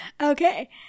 Okay